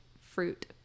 fruit